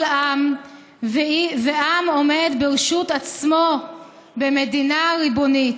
עם ועם עומד ברשות עצמו במדינתו הריבונית.